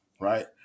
right